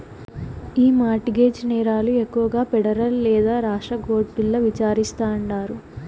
ఈ mortgage నేరాలు ఎక్కువగా పెడరల్ లేదా రాష్ట్ర కోర్టుల్ల విచారిస్తాండారు